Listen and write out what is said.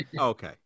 okay